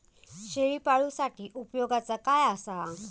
शेळीपाळूसाठी उपयोगाचा काय असा?